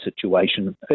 situation